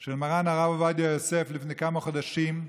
של מרן הרב עובדיה יוסף לפני כמה חודשים,